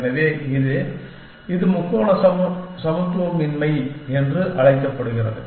எனவே இது இது முக்கோண சமத்துவமின்மை என்று அழைக்கப்படுகிறது